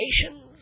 nations